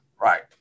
right